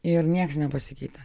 ir nieks nepasikeitė